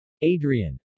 adrian